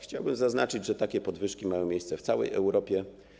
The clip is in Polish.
Chciałbym zaznaczyć, że takie podwyżki mają miejsce w całej Europie.